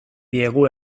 diegu